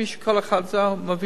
כפי שכל אחד מבין,